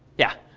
yeah?